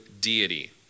deity